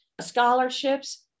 scholarships